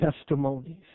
testimonies